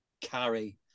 carry